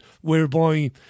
whereby